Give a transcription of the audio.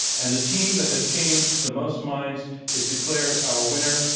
and the team that has changed the most minds is declared our winner.